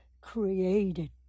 created